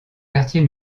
quartier